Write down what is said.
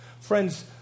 Friends